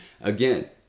Again